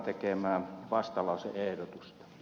värderade talman